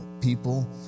people